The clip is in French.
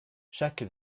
chaque